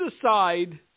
decide